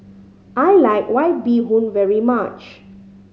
I like White Bee Hoon very much